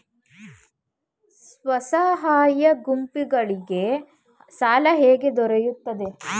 ಸ್ವಸಹಾಯ ಗುಂಪುಗಳಿಗೆ ಸಾಲ ಹೇಗೆ ದೊರೆಯುತ್ತದೆ?